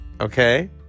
okay